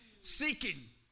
seeking